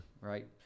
Right